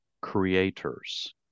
creators